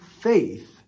faith